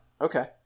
Okay